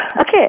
Okay